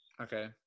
okay